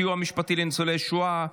(סיוע משפטי לניצולי שואה),